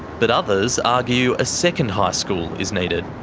but others argue a second high school is needed.